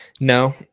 No